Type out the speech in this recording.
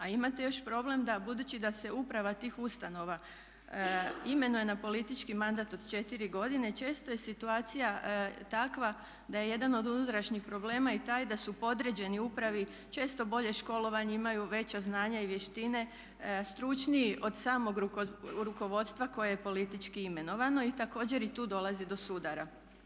A imate još problem da budući da se uprava tih ustanova imenuje na politički mandat od 4 godine, često je situacija takva da je jedan od unutrašnji problema i taj da su podređeni upravi, često bolje školovani, imaju veća znanja i vještine, stručniji od samog rukovodstva koje je politički imenovano i također i tu dolazi do sudara.